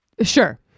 Sure